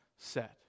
Set